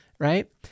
right